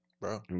Bro